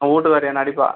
ஊட்டுக்காரி என்னை அடிப்பா